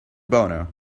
boner